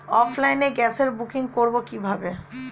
অফলাইনে গ্যাসের বুকিং করব কিভাবে?